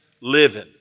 living